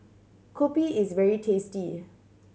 kopi is very tasty